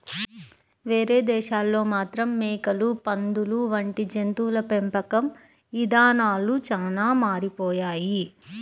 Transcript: వేరే దేశాల్లో మాత్రం మేకలు, పందులు వంటి జంతువుల పెంపకం ఇదానాలు చానా మారిపోయాయి